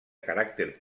caràcter